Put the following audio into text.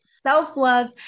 self-love